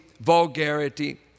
vulgarity